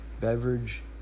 beverage